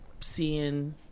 seeing